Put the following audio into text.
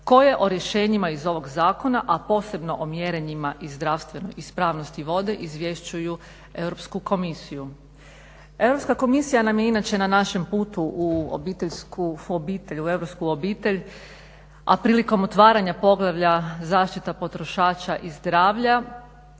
koje o rješenjima iz ovog zakona, a posebno o mjerenjima i zdravstvenoj ispravnosti vode izvješćuju Europsku komisiju. Europska komisija nam je inače na našem putu u europsku obitelj, a prilikom otvaranja poglavlja Zaštita potrošača i zdravlja